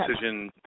decision